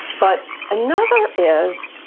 but another is,